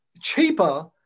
cheaper